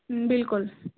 ہوں بالکل